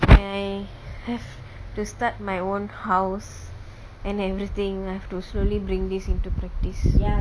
when I have to start my own house and everything I have to slowly bring this into practice